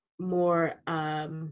more